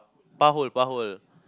par hole par hole